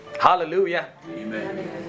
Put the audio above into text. Hallelujah